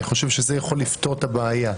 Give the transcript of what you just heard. אני חושב שזה יכול לפתור את הבעיה.